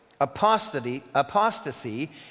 Apostasy